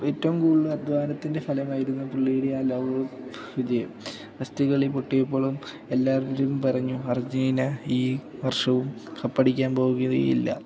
ഏറ്റവും കൂടുതൽ അധ്വാനത്തിൻ്റെ ഫലമായിരുന്നു പുള്ളിയുടെ വിജയം ഫസ്റ്റ് കളി പൊട്ടിയപ്പോളും എല്ലാവരും പറഞ്ഞു അർജൻ്റീന ഈ വർഷവും കപ്പടിക്കാൻ പോകുകയില്ല